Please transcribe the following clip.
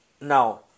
Now